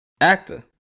actor